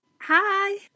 Hi